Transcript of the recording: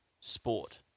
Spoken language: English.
sport